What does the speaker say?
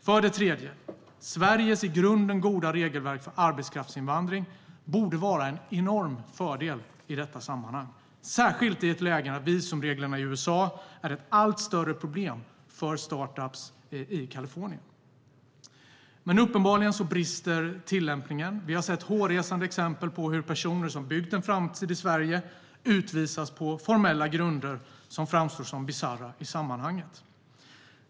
För det tredje: Sveriges i grunden goda regelverk för arbetskraftsinvandring borde vara en enorm fördel i detta sammanhang, särskilt i ett läge när visumreglerna i USA är ett allt större problem för startups i Kalifornien. Men uppenbarligen brister tillämpningen. Vi har sett hårresande exempel på hur personer som byggt en framtid i Sverige utvisas på formella grunder som framstår som bisarra i sammanhanget.